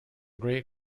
great